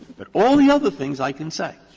but all the other things, i can say.